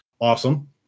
awesome